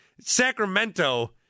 Sacramento